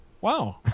wow